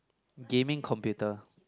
gaming computer